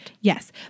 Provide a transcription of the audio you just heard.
Yes